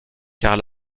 car